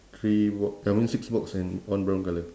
three bo~ I mean six box and one brown colour